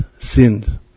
sinned